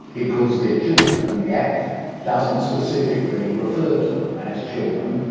because they're children, and the act doesn't specifically refer to them as children,